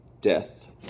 Death